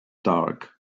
dark